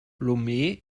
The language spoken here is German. lomé